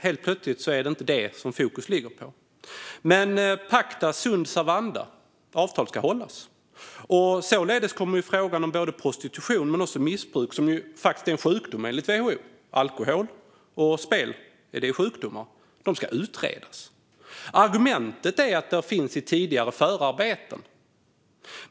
Helt plötsligt är det inte det som fokus ligger på. Men pacta sunt servanda - avtal ska hållas. Således kommer frågan upp om prostitution men också om missbruk, som ju faktiskt är en sjukdom enligt WHO - alkoholmissbruk och spelmissbruk är sjukdomar som ska utredas. Argumentet är att detta finns i tidigare förarbeten.